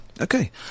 Okay